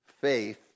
faith